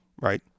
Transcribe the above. right